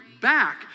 back